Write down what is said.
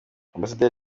ambasaderi